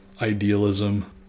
idealism